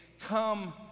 Come